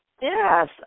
Yes